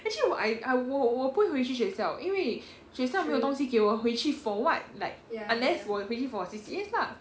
actually 我 I I 我我不会回去学校因为学校没有东西给我回去 for what like unless 我回去 for C_C_A lah